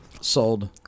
sold